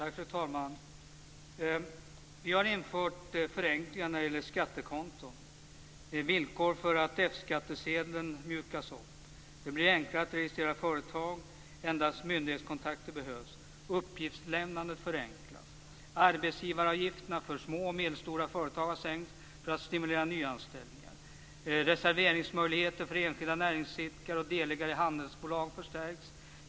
Fru talman! Vi har infört förenklingar när det gäller skattekonton. Villkoren för F-skattesedeln mjukas upp. Det blir enklare att registrera företag - endast myndighetskontakter behövs. Uppgiftslämnandet förenklas. Arbetsgivaravgifterna för små och medelstora företag har sänkts för att stimulera nyanställningar. Reserveringsmöjligheter för enskilda näringsidkare och delägare i handelsbolag förstärks.